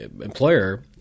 employer